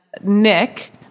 Nick